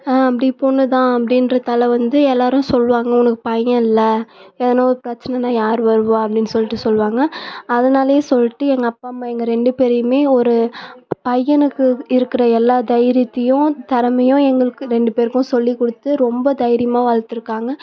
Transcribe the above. அப்படி பொண்ணுதான் அப்படின்றதால வந்து எல்லோரும் சொல்வாங்க உனக்கு பையன் இல்லை எதுனா ஒரு பிரச்சனைனா யார் வருவா அப்படின்னு சொல்லிட்டு சொல்வாங்க அதனாலேயே சொல்லிட்டு எங்கள் அப்பா அம்மா எங்கள் ரெண்டு பேரையுமே ஒரு பையனுக்கு இருக்கிற எல்லா தைரியத்தையும் திறமையும் எங்களுக்கு ரெண்டு பேருக்கும் சொல்லிக் கொடுத்து ரொம்ப தைரியமாக வளர்த்திருக்காங்க